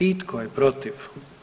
I tko je protiv?